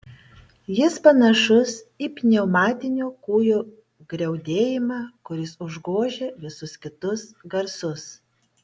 jis panašus į pneumatinio kūjo griaudėjimą kuris užgožia visus kitus garsus